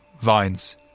vines